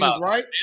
right